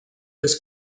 this